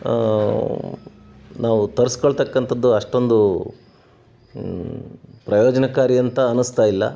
ನಾವು ತರಿಸ್ಕೊಳ್ತಕ್ಕಂಥದ್ದು ಅಷ್ಟೊಂದು ಪ್ರಯೋಜನಕಾರಿ ಅಂತ ಅನ್ನಿಸ್ತಾಯಿಲ್ಲ